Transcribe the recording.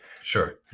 Sure